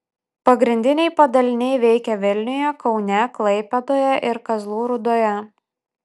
pagrindiniai padaliniai veikia vilniuje kaune klaipėdoje ir kazlų rūdoje